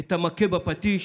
את מכת הפטיש,